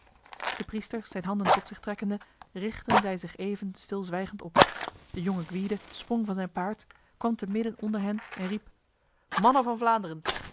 de priester zijn handen tot zich trekkende richtten zij zich even stilzwijgend op de jonge gwyde sprong van zijn paard kwam te midden onder hen en riep mannen van vlaanderen